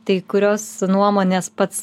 tai kurios nuomonės pats